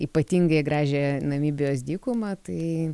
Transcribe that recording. ypatingai gražią namibijos dykumą tai